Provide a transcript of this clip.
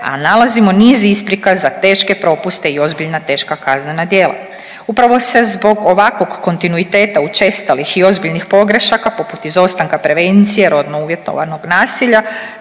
a nalazimo niz isprika za teške propuste i ozbiljna teška kaznena djela. Upravo se zbog ovakvog kontinuiteta učestalih i ozbiljnih pogrešaka poput izostanka prevencije rodno uvjetovanog nasilja,